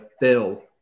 bill